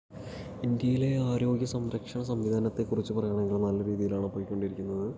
ഇന്ത്യയിലെ ആരോഗ്യ സംരക്ഷണ സംവിധാനത്തെ കുറിച്ച് പറയുകയാണെങ്കിൽ നല്ല രീതിയിലാണ് പോയിക്കൊണ്ടിരിക്കുന്നത്